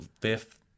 Fifth